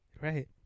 right